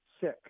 sick